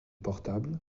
portable